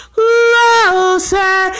closer